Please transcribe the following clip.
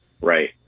right